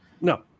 No